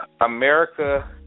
America